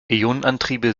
ionenantriebe